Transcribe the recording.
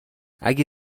اگه